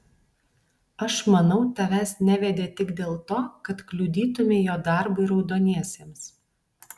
aš manau tavęs nevedė tik dėl to kad kliudytumei jo darbui raudoniesiems